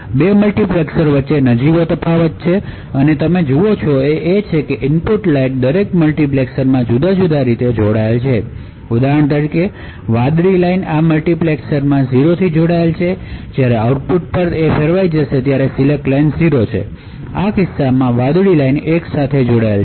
2 multiplexers વચ્ચેનો નજીવો તફાવત છે અને તમે જે જુઓ છો તે એ છે કે ઇનપુટ લાઇન દરેક મલ્ટિપ્લેક્સરમાં જુદા જુદા રીતે જોડાયેલ છે ઉદાહરણ તરીકે વાદળી રેખા આ મલ્ટિપ્લેક્સરમાં 0 થી જોડાયેલ છે અને જ્યારે આઉટપુટ પર ફેરવાઈ જશે ત્યારે સિલેક્ટ લાઇન 0 છે જ્યારે આ કિસ્સામાં વાદળી રેખા 1 સાથે જોડાયેલ છે